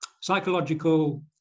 psychological